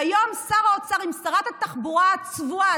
והיום שר האוצר עם שרת התחבורה הצבועה,